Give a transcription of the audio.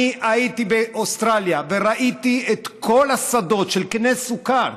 אני הייתי באוסטרליה וראיתי את כל השדות של קני הסוכר,